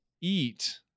eat